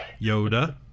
Yoda